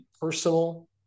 personal